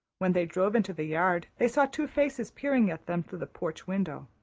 when they drove into the yard they saw two faces peering at them through the porch window.